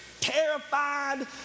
terrified